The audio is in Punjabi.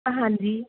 ਹਾਂਜੀ